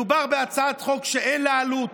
פה מדובר בהצעת חוק שאין לה עלות.